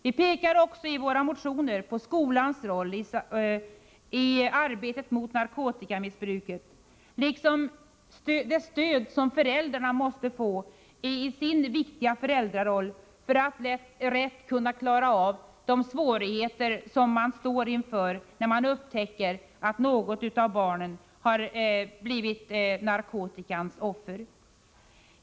Vi pekar vidare i våra motioner på skolans roll i arbetet mot narkotikamissbruket och på det stöd som föräldrarna måste få i sin viktiga roll för att rätt kunna klara av de svårigheter som de står inför när de upptäcker att något av barnen har blivit offer för Herr talman!